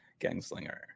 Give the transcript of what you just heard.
Gangslinger